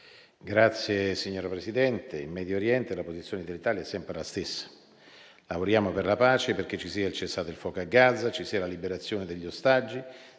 Signora Presidente, in Medio Oriente la posizione dell'Italia è sempre la stessa: lavoriamo per la pace, perché ci sia il cessate il fuoco a Gaza, ci sia la liberazione degli ostaggi,